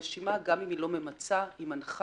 הרשימה גם אם היא לא ממצה היא מנחה